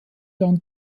dann